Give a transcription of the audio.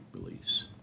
release